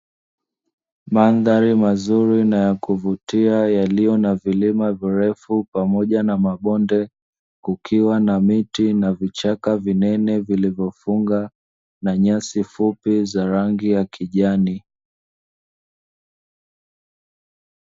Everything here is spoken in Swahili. Mandhari mazuri na yakuvutia yaliyo na vilima virefu pamoja na mabonde, kukiwa na miti, na vichaka vinene vilivyofunga na nyasi fupi za rangi ya kijani.